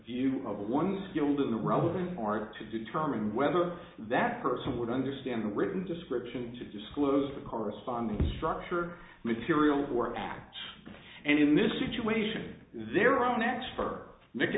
view of a one year old in the relevant are to determine whether that person would understand the written description to disclose the corresponding structure materials or act and in this situation their own acts for